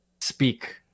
speak